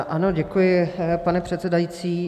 Ano, děkuji, pane předsedající.